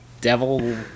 Devil